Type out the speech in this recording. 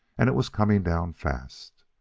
and it was coming down fast.